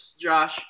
Josh